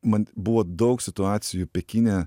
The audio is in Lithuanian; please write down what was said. man buvo daug situacijų pekine